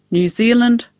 new zealand,